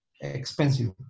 expensive